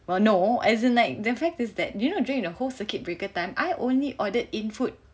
well no as in like the fact is that you know during the whole circuit breaker time I only ordered in food